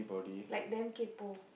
like damn kaypoh